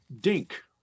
Dink